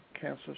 cancer